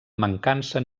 mancança